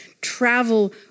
travel